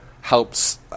helps